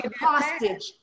hostage